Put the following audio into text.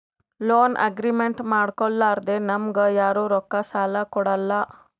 loan agreement ಮಾಡ್ಕೊಲಾರ್ದೆ ನಮ್ಗ್ ಯಾರು ರೊಕ್ಕಾ ಸಾಲ ಕೊಡಲ್ಲ